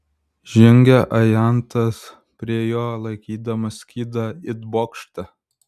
žengė ajantas prie jo laikydamas skydą it bokštą